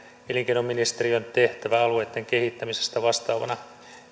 elinkeinoministeriön tehtävän alueitten kehittämisestä vastaavana